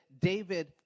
David